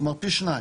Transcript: כלומר פי שניים.